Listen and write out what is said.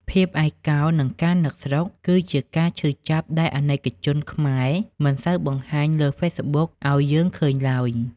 ភាពឯកោ និងការនឹកស្រុក គឺជាការឈឺចាប់ដែលអាណិកជនខ្មែរមិនសូវបង្ហាញលើ Facebook ឱ្យយើងឃើញឡើយ។